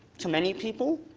to many people.